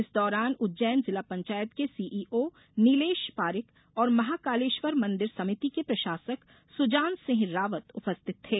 इस दौरान उज्जैन जिला पंचायत के सीईओ नीलेश पारिख और महाकालेश्वर मंदिर समिति के प्रशासक सुजान सिंह रावत उपस्थित थे